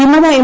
വിമത എം